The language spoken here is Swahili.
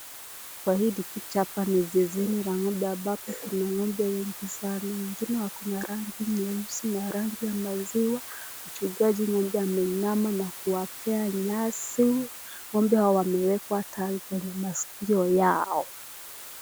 Kwa hili picha hapa ni zizini la ng'ombe ambapo Kuna ng'ombe wengi sana. Wengine wakona rangi nyeusi na rangi ya maziwa, mchungaji ng'ombe ameinama na kuwapea nyasi, ng'ombe hawa wamewekwa tagi,(cs), kwenye masikio yao.